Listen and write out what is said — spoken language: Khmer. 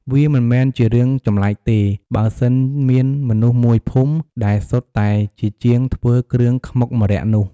វាមិនមែនជារឿងចម្លែកទេ បើសិនមានមនុស្សមួយភូមិដែលសុទ្ធតែជាជាងធ្វើគ្រឿងខ្មុកម្រ័ក្សណ៍នោះ។